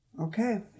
Okay